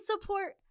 support